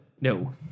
no